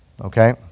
Okay